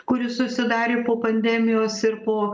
kuris susidarė po pandemijos ir po